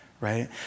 Right